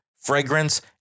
fragrance